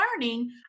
learning